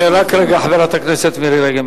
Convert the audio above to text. חברת הכנסת מירי רגב,